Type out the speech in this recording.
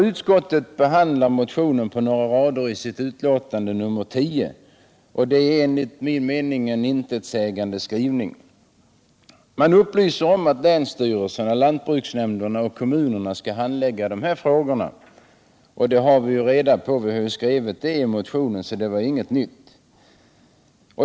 Utskottet behandlar i sitt betänkande nr 10 motionen på några rader, enligt min mening med en intetsägande skrivning. Man upplyser om att det är länsstyrelserna, lantbruksnämnderna och kommunerna som skall handlägga dessa frågor. Det har vi också redovisat i motionen, så det är inget nytt.